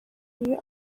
niyo